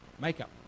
makeup